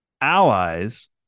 allies